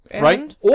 Right